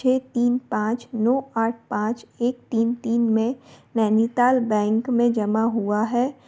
छः तीन पाँच नौ आठ पाँच एक तीन तीन में नैनीताल बैंक में जमा हुआ है